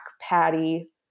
patty